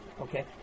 okay